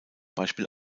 beispiel